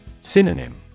Synonym